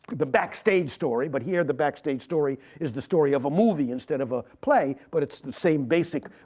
the backstage story. but here the backstage story is the story of a movie, instead of a play. but it's the same basic